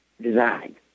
designed